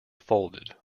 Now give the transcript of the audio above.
folded